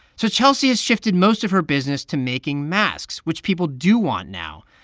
so chelsea has shifted most of her business to making masks, which people do want now.